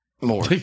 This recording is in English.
more